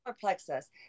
plexus